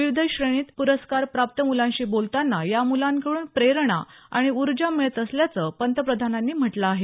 विविध श्रेणीत प्रस्कार प्राप्त मुलांशी बोलताना या मुलांकड्रन प्रेरणा आणि ऊर्जा मिळत असल्याचं पंतप्रधानांनी म्हटलं आहे